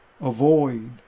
avoid